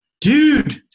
Dude